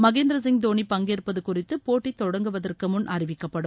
மகேந்திரசிங் தோளி பங்கேற்பது குறித்து போட்டி தொடங்குவதற்குமுன் அறிவிக்கப்படும்